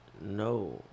No